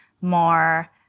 more